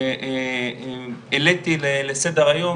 העליתי לסדר היום,